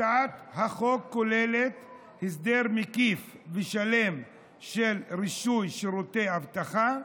הצעת החוק כוללת הסדר מקיף ושלם של רישוי שירותי אבטחה,